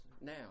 now